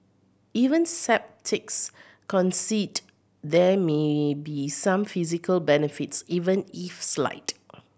even sceptics concede there may be some physical benefits even if slight